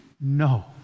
No